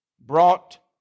brought